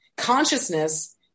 Consciousness